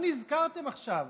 מה נזכרתם עכשיו?